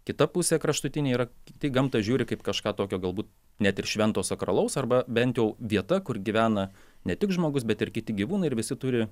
kita pusė kraštutinė yra tai į gamtą žiūri kaip kažką tokio galbūt net ir švento sakralaus arba bent jau vieta kur gyvena ne tik žmogus bet ir kiti gyvūnai ir visi turi